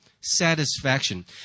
satisfaction